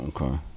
Okay